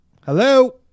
Hello